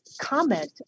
comment